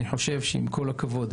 אני חושב שעם כל הכבוד,